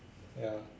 ya